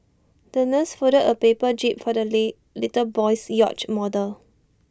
the nurse folded A paper jib for the lit little boy's yacht model